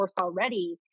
already